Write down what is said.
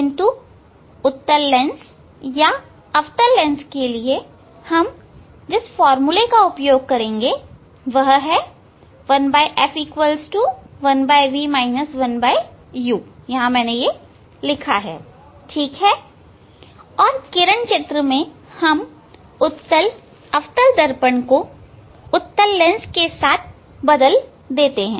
परंतु उत्तल लेंस या अवतल लेंस के लिए हम इस फार्मूला का उपयोग करेंगे 1 f 1 v 1 u ठीक है और किरण चित्र में हम उत्तलअवतल दर्पण को उत्तल लेंस से बदल देते हैं